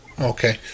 Okay